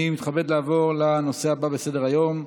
אני מתכבד לעבור לנושא הבא בסדר-היום,